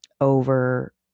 over